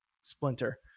splinter